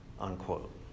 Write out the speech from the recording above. unquote